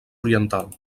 oriental